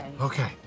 Okay